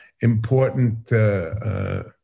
important